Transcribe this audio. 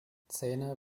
zähne